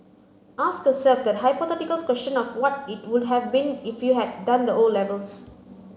ask yourself that hypothetical question of what it would have been if you had done the O levels